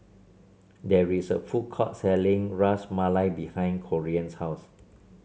there is a food court selling Ras Malai behind Corean's house